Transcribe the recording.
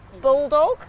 bulldog